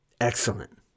Excellent